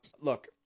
Look